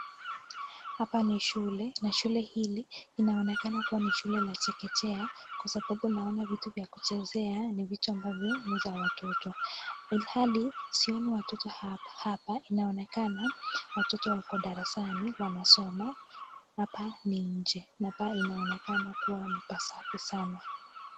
Hapa ni shule na shule hili linaonekana kuwa ni shule la chekechea kwa sababu naona vitu vya kuchezea ni vitu ambavyo ni za watoto. Ilhali sioni watoto hapa inaonekana watoto wako darasani wanasoma hapa ni nje. Hapa inaonekana kuwa ni pasafi sana.